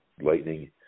Lightning